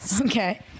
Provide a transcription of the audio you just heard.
okay